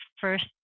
first